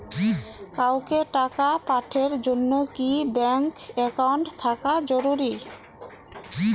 কাউকে টাকা পাঠের জন্যে কি ব্যাংক একাউন্ট থাকা জরুরি?